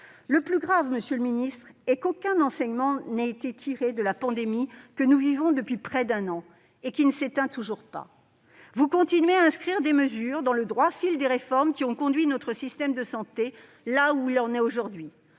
Le plus grave, monsieur le ministre, est qu'aucun enseignement n'a été tiré de la pandémie que nous vivons depuis près d'un an et qui ne s'éteint toujours pas. Vous continuez à prendre des mesures dans le droit-fil des réformes qui ont conduit notre système de santé là où il en est aujourd'hui-